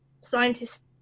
scientists